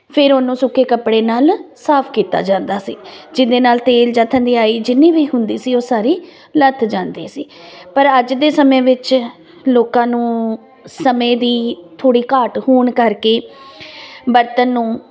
ਫਿਰ ਉਹਨੂੰ ਸੁੱਕੇ ਕੱਪੜੇ ਨਾਲ ਸਾਫ ਕੀਤਾ ਜਾਂਦਾ ਸੀ ਜਿਹਦੇ ਨਾਲ ਤੇਲ ਧਿਦਿਆਈ ਜਿੰਨੀ ਵੀ ਹੁੰਦੀ ਸੀ ਉਹ ਸਾਰੀ ਲੱਥ ਜਾਂਦੇ ਸੀ ਪਰ ਅੱਜ ਦੇ ਸਮੇਂ ਵਿੱਚ ਲੋਕਾਂ ਨੂੰ ਸਮੇਂ ਦੀ ਪੂਰੀ ਘਾਟ ਹੋਣ ਕਰਕੇ ਬਰਤਨ ਨੂੰ